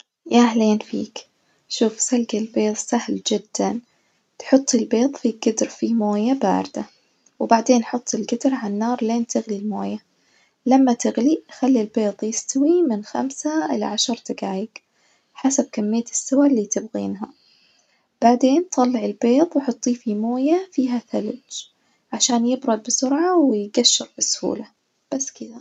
يا أهلين فيك، شوف سلج البيض سهل جداً، تحط البيض في جدر فيه ماية باردة وبعدين حط الجدر على النار لين تغلي الماية، لما تغلي خلي البيض يستوي من خمسة إلى عشر دجايج حسب كمية السوى اللي تبغينها، بعدين طلعي البيض وحطيه فيه موية فيها ثلج عشان يبرد بسرعة ويجشر بسهولة.